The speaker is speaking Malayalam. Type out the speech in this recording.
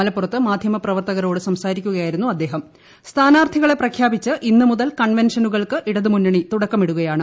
മലപ്പുറത്ത് മാധ്യമ പ്രവർത്തകരോട് സംസാരിക്കുകയായിരുന്നു അദ്ദേഹ്ട്ട് സ്ഥാനാർഥികളെ പ്രഖ്യാപിച്ച് ഇന്ന് മുതൽ കൺവെൻഷ്ടനുകൾക്ക് ഇടതു മുന്നണി തുടക്കമിടുകയാണ്